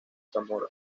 zamora